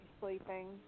sleeping